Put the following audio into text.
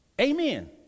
Amen